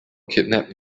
kidnapped